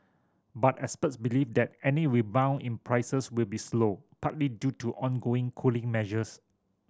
but experts believe that any rebound in prices will be slow partly due to ongoing cooling measures